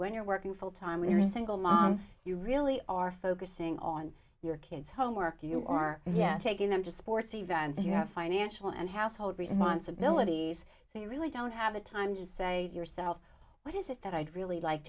when you're working full time when you're a single mom you really are focusing on your kids homework you are yet taking them to sports events you have financial and household responsibilities so you really don't have the time to say to yourself what is it that i'd really like